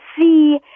see